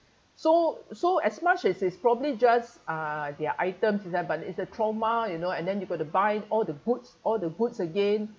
so so as much as it's probably just uh their items but it's the trauma you know and then you've got to buy all the goods all the goods again